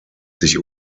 sich